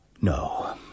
No